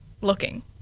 looking